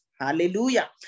hallelujah